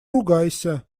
ругайся